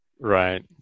Right